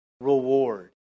reward